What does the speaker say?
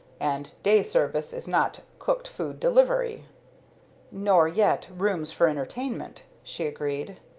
and day service is not cooked food delivery nor yet rooms for entertainment, she agreed.